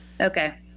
Okay